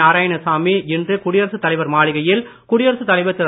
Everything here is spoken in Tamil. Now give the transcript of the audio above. நாராயணசாமி இன்று குடியரசுத் தலைவர் மாளிகையில் குடியரசுத் தலைவர் திரு